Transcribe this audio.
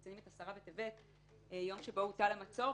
צום עשרה בטבת שהוא יום שהוטל על המצור,